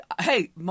hey